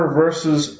versus